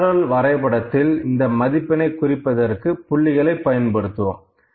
சிதறல் வரைபடத்தில் இந்த மதிப்பினை குறிப்பதற்கு புள்ளிகளை பயன்படுத்துவோம்